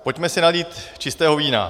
Pojďme si nalít čistého vína.